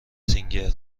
سینگر